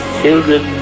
children